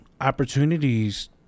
opportunities